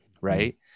right